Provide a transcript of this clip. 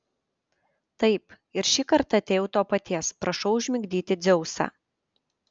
taip ir šį kartą atėjau to paties prašau užmigdyti dzeusą